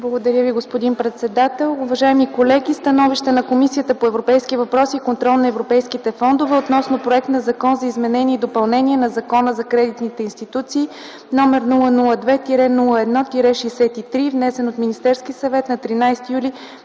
Благодаря Ви, господин председател. Уважаеми колеги! „СТАНОВИЩЕ на Комисията по европейските въпроси и контрол на европейските фондове относно проект на Закон за изменение и допълнение на Закона за кредитните институции, № 002-01-63, внесен от Министерския съвет на 13 юли